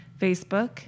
Facebook